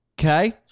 okay